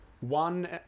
one